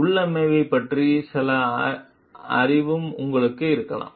உள்ளமைவைப் பற்றிய சில அறிவும் உங்களுக்கு இருக்கலாம்